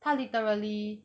他 literally